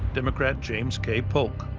democrat james k polk.